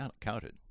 counted